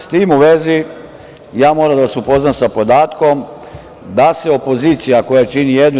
S tim u vezi, moram da vas upoznam sa podatkom da se opozicija koja čini 1/